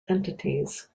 entities